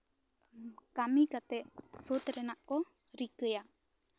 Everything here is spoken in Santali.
ᱠᱟᱹᱢᱤ ᱠᱟᱛᱮᱜ ᱥᱳᱫᱷ ᱨᱮᱱᱟᱜ ᱠᱚ ᱨᱤᱠᱟᱹᱭᱟ